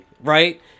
Right